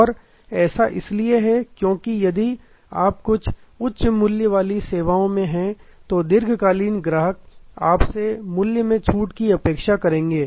और ऐसा इसलिए है क्योंकि यदि आप कुछ उच्च मूल्यों वाली सेवाओं में हैं तो दीर्घकालिक ग्राहक आपसे मूल्य में छूट की अपेक्षा करेंगे